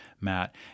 Matt